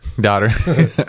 daughter